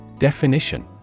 Definition